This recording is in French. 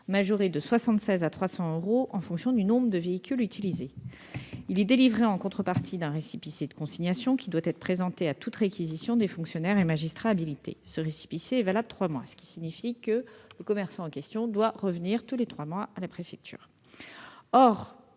majoré de 76 euros à 300 euros en fonction du nombre de véhicules utilisés. Il est délivré en contrepartie un récépissé de consignations qui doit être présenté à toute réquisition des fonctionnaires et magistrats habilités. Le récépissé est valable trois mois. Le commerçant en question doit donc revenir tous les trois mois à la préfecture.